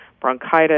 bronchitis